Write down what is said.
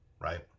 right